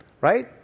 Right